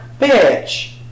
bitch